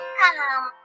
come